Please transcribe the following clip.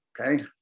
okay